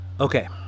Okay